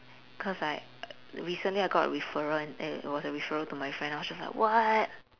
cause like recently I got a referral and it was a referral to my friend I was just like what